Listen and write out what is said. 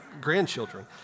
grandchildren